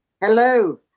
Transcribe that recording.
Hello